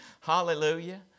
Hallelujah